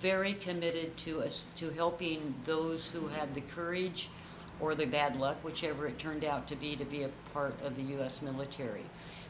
very committed to assist to helping those who had the courage or the bad luck whichever it turned out to be to be a part of the u s military